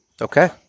okay